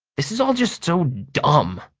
this is all just so dumb.